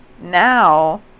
Now